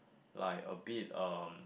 like a bit um